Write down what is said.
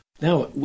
Now